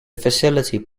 facility